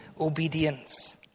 obedience